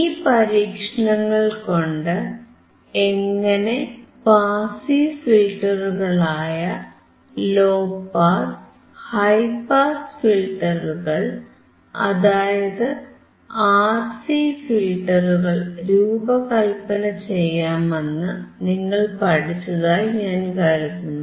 ഈ പരീക്ഷണങ്ങൾകൊണ്ട് എങ്ങനെ പാസീവ് ഫിൽറ്ററുകളായ ലോ പാസ് ഹൈ പാസ് ഫിൽറ്ററുകൾ അതായത് ആർസി ഫിൽറ്ററുകൾ രൂപകല്പന ചെയ്യാമെന്നു നിങ്ങൾ പഠിച്ചതായി ഞാൻ കരുതുന്നു